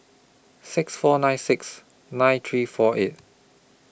six four nine six nine three four eight